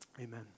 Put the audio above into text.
Amen